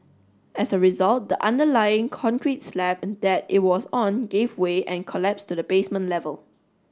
as a result the underlying concrete slab that it was on gave way and collapsed to the basement level